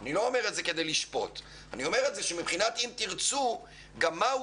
אני אומר את זה כדי להראות ש"אם תרצו" קובעים מהו